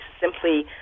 simply